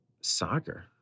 soccer